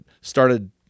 started